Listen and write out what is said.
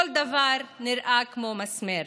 כל דבר נראה כמו מסמר.